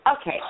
Okay